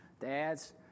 Dads